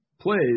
plays